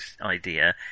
idea